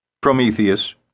Prometheus